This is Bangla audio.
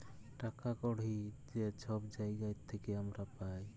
টাকা কড়হি যে ছব জায়গার থ্যাইকে আমরা পাই